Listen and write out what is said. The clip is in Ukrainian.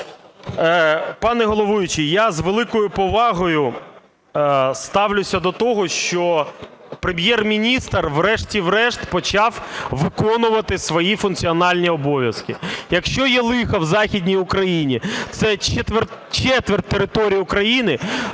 Пане головуючий, я з великою повагою ставлюся до того, що Прем'єр-міністр, врешті-решт, почав виконувати свої функціональні обов'язки. Якщо є лихо в Західній Україні, – це четверть території України,